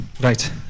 right